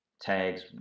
Tags